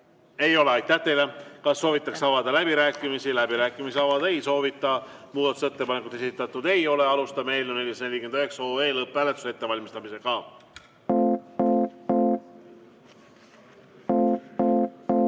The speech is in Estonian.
ei ole. Aitäh teile! Kas soovitakse avada läbirääkimisi? Läbirääkimisi avada ei soovita. Muudatusettepanekuid esitatud ei ole. Alustame eelnõu 449 lõpphääletuse ettevalmistamist. Panen